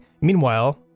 meanwhile